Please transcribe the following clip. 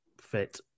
fit